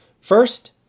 First